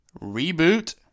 Reboot